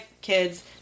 kids